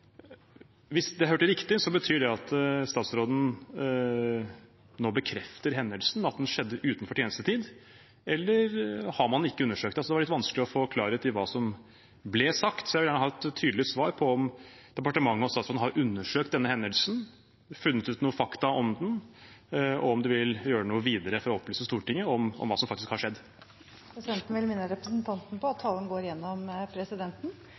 Hvis jeg hørte riktig, betyr det at statsråden nå bekrefter hendelsen, og at den skjedde utenfor tjenestetid? Eller har man ikke undersøkt det? Det var litt vanskelig å få klarhet i hva som ble sagt, så jeg vil gjerne ha et tydelig svar på om departementet og statsråden har undersøkt denne hendelsen, funnet noen fakta om den, og om du vil gjøre noe videre for å opplyse Stortinget om hva som faktisk har skjedd. Presidenten vil minne representanten på at all tale skal gå gjennom presidenten.